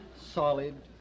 solid